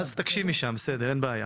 אין בעיה.